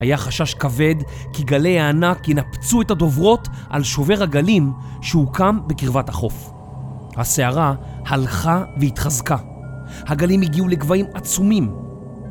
היה חשש כבד כי גלי הענק ינפצו את הדוברות על שובר הגלים שהוקם בקרבת החוף. הסערה הלכה והתחזקה. הגלים הגיעו לגבהים עצומים.